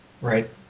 Right